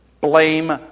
blame